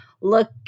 Look